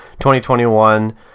2021